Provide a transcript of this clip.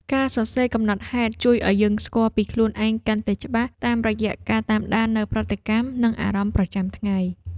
ការសរសេរកំណត់ហេតុជួយឱ្យយើងស្គាល់ពីខ្លួនឯងកាន់តែច្បាស់ តាមរយៈការតាមដាននូវប្រតិកម្ម និងអារម្មណ៍ប្រចាំថ្ងៃ។